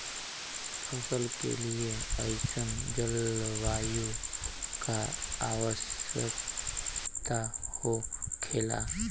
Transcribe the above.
फसल के लिए कईसन जलवायु का आवश्यकता हो खेला?